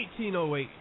1808